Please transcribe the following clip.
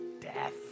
death